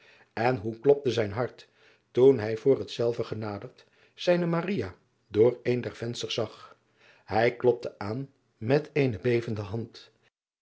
en hoe klopte zijn hart toen hij voor hetzelve genaderd zijne door een der vensters zag ij klopte aan met eene bevende hand